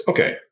Okay